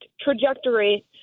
trajectory